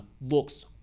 looks